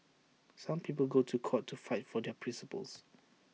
some people go to court to fight for their principles